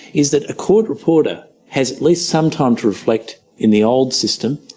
is that a court reporter has at least some time to reflect in the old system,